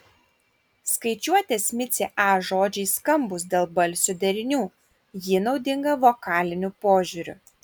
skaičiuotės micė a žodžiai skambūs dėl balsių derinių ji naudinga vokaliniu požiūriu